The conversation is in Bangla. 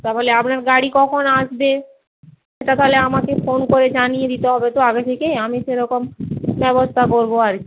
তাহলে আপনার গাড়ি কখন আসবে সেটা তাহলে আমাকে ফোন করে জানিয়ে দিতে হবে তো আগে থেকেই আমি সেরকম ব্যবস্থা করব আর কি